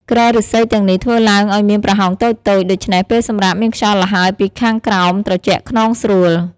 គ្រែឫស្សីទាំងនេះធ្វើឡើងឱ្យមានប្រហោងតូចៗ ដូច្នេះពេលសម្រាកមានខ្យល់ល្ហើយពីខាងក្រោមត្រជាក់ខ្នងស្រួល។